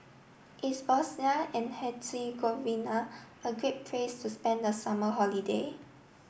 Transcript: is Bosnia and Herzegovina a great place to spend the summer holiday